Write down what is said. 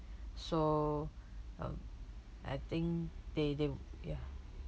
so um I think they they ya